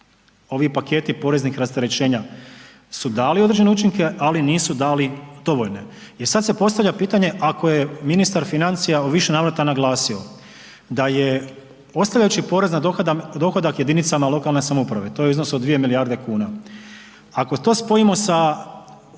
ovi paketi poreznih rasterećenja su dali određene učinke, ali nisu dali dovoljne. I sada se postavlja pitanje, ako je ministar financija u više navrata naglasio da je postavljajući porez na dohodak jedinicama lokalne samouprave, to je iznos od dvije milijarde kuna, ako to spojimo sa